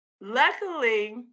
Luckily